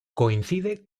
coincide